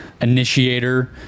initiator